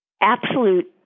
absolute